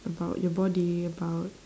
about your body about